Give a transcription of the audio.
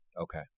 Okay